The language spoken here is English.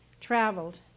traveled